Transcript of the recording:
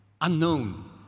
unknown